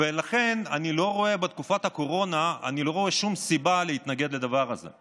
לכן אני לא רואה שום סיבה להתנגד לזה בתקופת הקורונה.